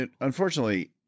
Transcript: Unfortunately